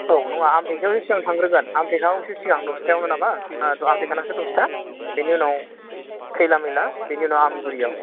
औ नङा आमथेखा आवसो सिगां थांग्रोगोन आमथेखाआवसो सिगां दसथाआवनो नामा औ आमथेखा नासो दसथा बिनि उनाव खैला मैला बिनि उनाव आमगुरिआव